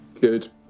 Good